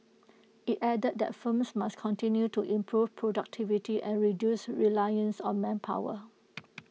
IT added that firms must continue to improve productivity and reduce reliance on manpower